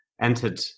entered